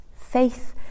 Faith